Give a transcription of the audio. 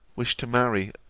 wish to marry,